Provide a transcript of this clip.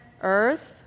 earth